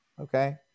Okay